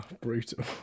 Brutal